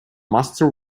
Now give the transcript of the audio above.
master